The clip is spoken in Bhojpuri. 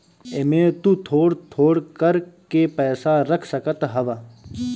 एमे तु थोड़ थोड़ कर के पैसा रख सकत हवअ